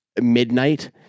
midnight